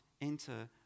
enter